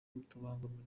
kutabangamira